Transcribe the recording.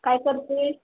काय करते आहेस